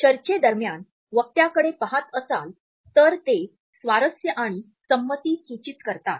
चर्चेदरम्यान वक्त्याकडे पहात असाल तर ते स्वारस्य आणि संमती सूचित करतात